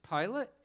Pilate